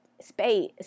space